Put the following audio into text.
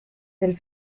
del